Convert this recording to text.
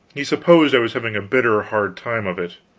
he supposed i was having a bitter hard time of it.